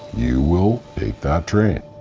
you will take that train.